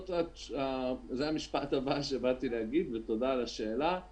זה המשפט הבא שבאתי להגיד, ותודה על השאלה.